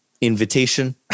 invitation